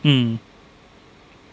mm